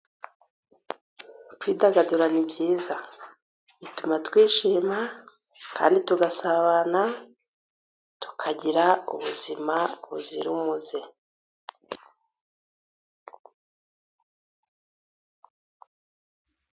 Kwidagadura ni byiza bituma twishima, kandi tugasabana tukagira ubuzima buzira umuze.